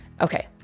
Okay